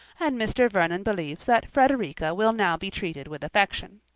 and mr. vernon believes that frederica will now be treated with affection.